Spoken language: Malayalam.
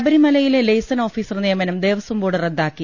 ശബരിമലയിലെ ലെയ്സൺ ഓഫീസർ നിയമനം ദേവസ്വം ബോർഡ് റദ്ദാക്കി